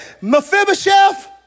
Mephibosheth